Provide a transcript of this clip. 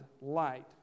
light